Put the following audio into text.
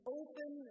open